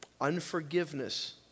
unforgiveness